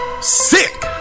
sick